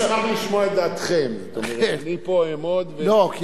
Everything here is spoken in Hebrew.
זאת אומרת אני פה אעמוד ואשמע בשמחה את דעתך,